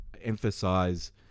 emphasize